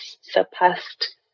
surpassed